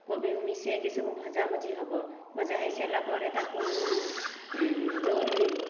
କୋବି ମିଶାଇକି ସବୁ ଭଜା ଭଜି ହେବ ଭଜା ହୋଇ ସାରିଲା ପରେ ତାକୁ ଯେଉଁ ଓହ୍ଲାଇବୁ